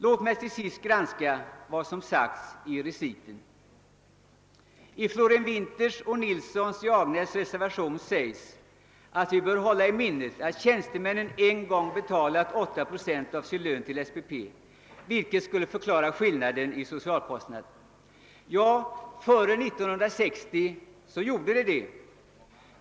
Låt mig sedan också granska vad som skrivits i reservationen och det särskilda yttrandet. I herr Wallmarks, fru Florén-Winthers och herr Nilssons i Agnäs reservation sägs att tjänstemännen en gång har betalat 8 procent av sin lön till SPP, vilket skulle förklara skillnaderna i socialkostnad. Ja, före 1960 gjorde tjänstemännen det.